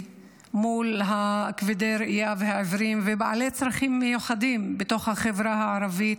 מול כבדי הראייה והעיוורים ובעלי הצרכים המיוחדים בתוך החברה הערבית.